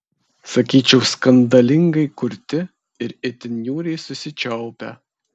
sakyčiau skandalingai kurti ir itin niūriai susičiaupę